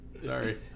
Sorry